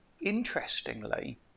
Interestingly